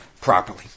properly